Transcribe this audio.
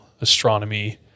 astronomy